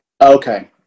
Okay